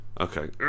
Okay